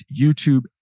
YouTube